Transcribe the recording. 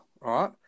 right